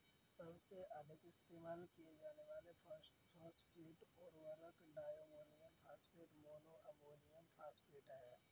सबसे अधिक इस्तेमाल किए जाने वाले फॉस्फेट उर्वरक diammonium phosphate, mono ammonium phosphate हैं